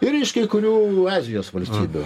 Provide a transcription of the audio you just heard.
ir iš kai kurių azijos valstybių